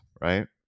right